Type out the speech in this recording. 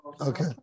Okay